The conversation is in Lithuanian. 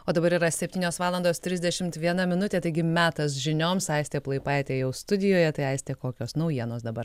o dabar yra septynios valandos trisdešimt viena minutė taigi metas žinioms aistė plaipaitė jau studijoje tai aiste kokios naujienos dabar